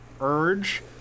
urge